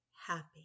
happy